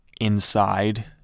Inside